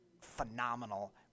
phenomenal